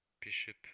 Bishop